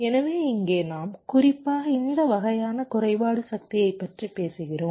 எனவே இங்கே நாம் குறிப்பாக இந்த வகையான குறைபாடு சக்தியைப் பற்றி பேசுகிறோம்